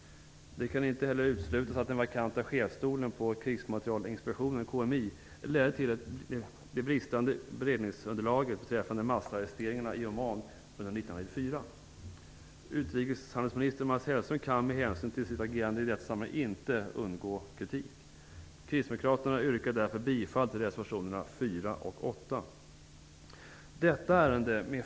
Det kan heller inte uteslutas att den vakanta chefsstolen på Krigsmaterielinspektionen ledde till det bristande beredningsunderlaget beträffande massarresteringarna i Oman 1994. Utrikeshandelsministern Mats Hellström kan, med hänsyn till sitt agerande i detta sammanhang, inte undgå kritik. Kristdemokraterna yrkar därför bifall till reservationerna 4 och 8.